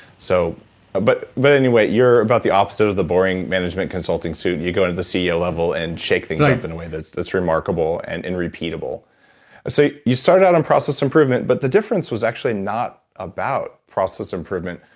so ah but but anyway, you're about the opposite of the boring management consulting suit. you go in at the ceo level and shake things up in a way that's that's remarkable and repeatable so you started out on process improvement, but the difference was actually not about process improvement.